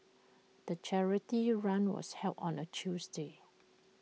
the charity run was held on A Tuesday